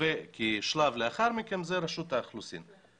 ושלב לאחר מכן זה רשות האוכלוסין.